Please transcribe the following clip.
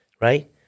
right